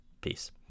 Peace